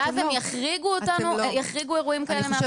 כי אז הם יחריגו אירועים כאלה מהפוליסה.